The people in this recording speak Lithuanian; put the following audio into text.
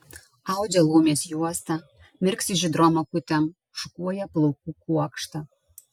audžia laumės juostą mirksi žydrom akutėm šukuoja plaukų kuokštą